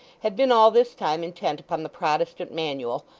had been all this time intent upon the protestant manual,